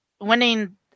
winning